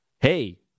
hey